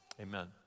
Amen